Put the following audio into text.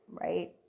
right